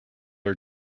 are